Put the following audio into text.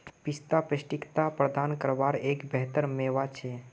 पिस्ता पौष्टिकता प्रदान कारवार एक बेहतर मेवा छे